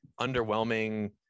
underwhelming